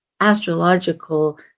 astrological